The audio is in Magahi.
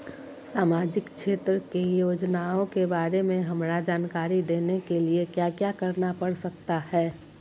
सामाजिक क्षेत्र की योजनाओं के बारे में हमरा जानकारी देने के लिए क्या क्या करना पड़ सकता है?